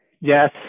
Yes